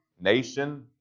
nation